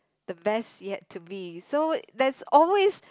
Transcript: the best yet to be so there's always